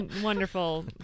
wonderful